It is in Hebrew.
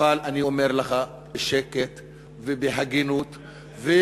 אבל אני אומר לך בשקט ובהגינות ובהוגנות: